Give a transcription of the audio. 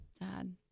Sad